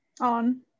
on